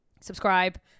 subscribe